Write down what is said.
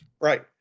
Right